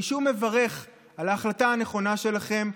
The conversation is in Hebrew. אני שוב מברך על ההחלטה הנכונה שלכם,